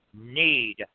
need